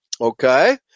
Okay